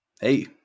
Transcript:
Hey